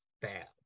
bad